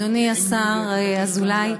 אדוני השר אזולאי,